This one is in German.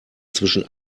zwischen